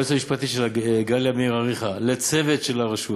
ליועצת המשפטי שלה גליה מאיר-אריכא, לצוות הרשות